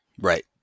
Right